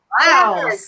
Wow